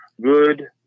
good